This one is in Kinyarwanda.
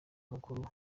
mukuru